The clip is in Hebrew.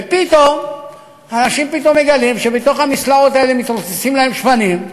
ופתאום אנשים מגלים שבתוך המסלעות האלה מתרוצצים להם שפנים.